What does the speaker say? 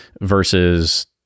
versus